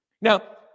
Now